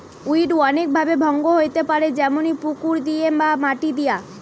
weed অনেক ভাবে ভঙ্গ হইতে পারে যেমনি পুকুর দিয়ে বা মাটি দিয়া